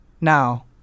now